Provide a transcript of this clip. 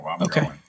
Okay